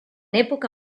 època